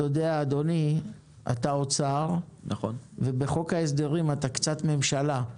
אתה נציג האוצר, ובחוק ההסדרים אתה קצת ממשלה,